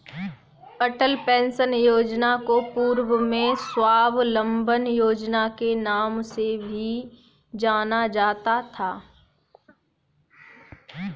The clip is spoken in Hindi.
अटल पेंशन योजना को पूर्व में स्वाबलंबन योजना के नाम से भी जाना जाता था